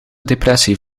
depressie